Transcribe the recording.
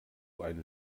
einen